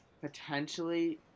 potentially